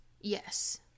Yes